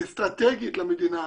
אסטרטגית למדינה,